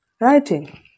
writing